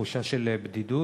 תחושה של בדידות,